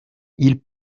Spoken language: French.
ils